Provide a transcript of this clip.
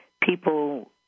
people